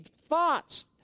thoughts